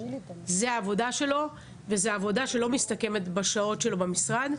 זאת עבודה שלא מסתכמת בשעות שלו במשרד,